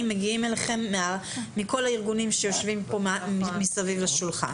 מגיעים אליכם מכל הארגונים שיושבים כאן מסביב לשולחן.